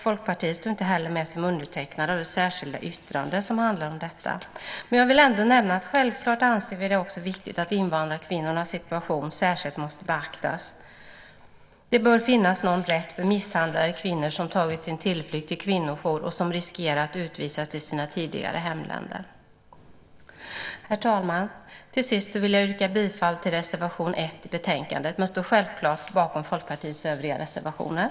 Folkpartiet står inte heller med som undertecknare av det särskilda yttrande som handlar om detta. Jag vill ändå nämna att självklart anser vi det också viktigt att invandrarkvinnornas situation särskilt måste beaktas. Det bör finnas någon rätt för misshandlade kvinnor som tagit sin tillflykt till en kvinnojour och som riskerar att utvisas till sina tidigare hemländer. Herr talman! Till sist yrkar jag bifall till reservation 1 i betänkandet men står självklart bakom Folkpartiets övriga reservationer.